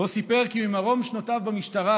שסיפר כי ממרום שנותיו במשטרה